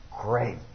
great